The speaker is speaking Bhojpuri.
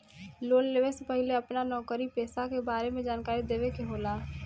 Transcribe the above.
लोन लेवे से पहिले अपना नौकरी पेसा के बारे मे जानकारी देवे के होला?